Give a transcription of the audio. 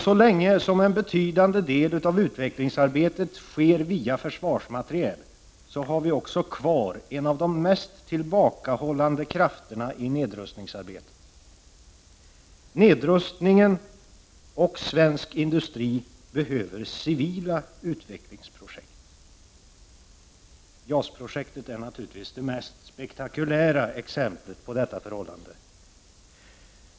Så länge som en betydande del av utvecklingsarbetet sker i form av utvecklande av försvarsmateriel, har vi också kvar en av de mest tillbakahållande krafterna i nedrustningsarbetet. Både för nedrustningen och för svensk industri behövs civila utvecklingsprojekt. JAS-projektet är naturligtvis det mest spektakulära exemplet inom detta område.